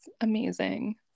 amazing